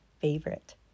favorite